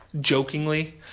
jokingly